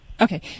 Okay